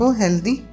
healthy